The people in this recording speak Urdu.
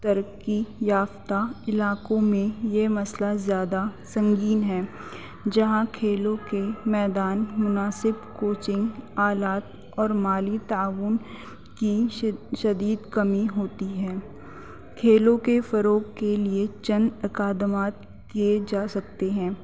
ترقی یافتہ علاقوں میں یہ مسئلہ زیادہ سنگین ہے جہاں کھیلوں کے میدان مناسب کوچنگ آلات اور مالی تعاون کی شدید کمی ہوتی ہے کھیلوں کے فروغ کے لیے چند اقادامات کیے جا سکتے ہیں